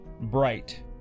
bright